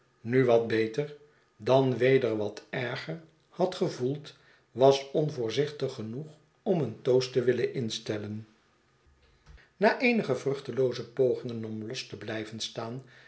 nu wat beter dan weder wat erger had gevoeld was onvoorzichtig genoeg om een toast te willen instellen na eenige een tociitje met eene stoomboot vruchtelooze pogingen om los te blijven staan